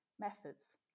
Methods